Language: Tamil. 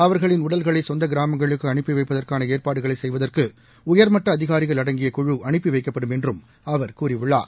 அவர்களின் உடல்களைசொந்தகிராமங்களுக்குஅனுப்பிவைப்பதற்காளஏற்பாடுகளைசெய்வதற்குஉயர்மட்டஅதிகாரிகள் அடங்கிய குழு அனுப்பிவைக்கப்படும் என்றுஅவர் கூறியுள்ளார்